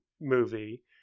movie